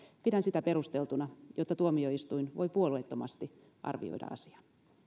pidän myöntämistä perusteltuna jotta tuomioistuin voi puolueettomasti arvioida asiaa